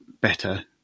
better